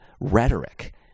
rhetoric